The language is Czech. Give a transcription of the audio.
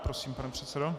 Prosím, pane předsedo.